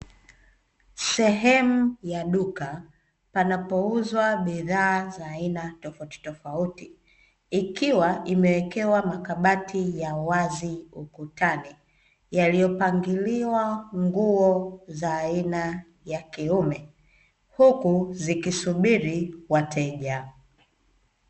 Sehemu ya duka panapouzwa bidhaa za aina tofautitofauti, ikiwa imewekewa makabati ya wazi ukutani, yaliyopangiliwa nguo za aina ya kiume, huku zikisubiri wateja.